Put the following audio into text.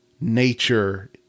nature